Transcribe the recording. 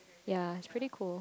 yea is pretty cool